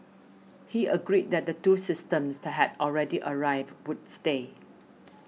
he agreed that the two systems had already arrived would stay